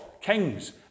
kings